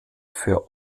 für